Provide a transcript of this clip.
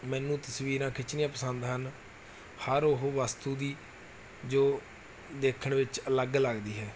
ਮੈਨੂੰ ਤਸਵੀਰਾਂ ਖਿੱਚਣੀਆਂ ਪਸੰਦ ਹਨ ਹਰ ਉਹ ਵਸਤੂ ਦੀ ਜੋ ਦੇਖਣ ਵਿੱਚ ਅਲੱਗ ਲੱਗਦੀ ਹੈ